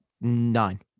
Nine